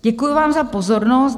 Děkuji vám za pozornost.